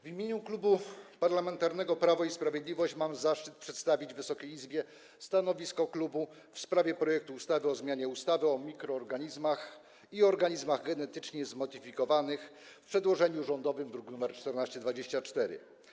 W imieniu Klubu Parlamentarnego Prawo i Sprawiedliwość mam zaszczyt przedstawić Wysokiej Izbie stanowisko klubu wobec projektu ustawy o zmianie ustawy o mikroorganizmach i organizmach genetycznie zmodyfikowanych w przedłożeniu rządowym, druk nr 1424.